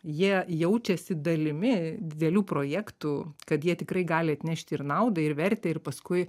jie jaučiasi dalimi didelių projektų kad jie tikrai gali atnešti ir naudą ir vertę ir paskui